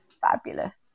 fabulous